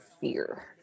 fear